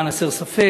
למען הסר ספק,